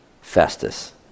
Festus